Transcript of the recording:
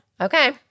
Okay